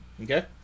Okay